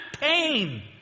pain